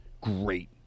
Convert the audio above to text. great